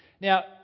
Now